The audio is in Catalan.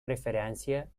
referència